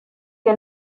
que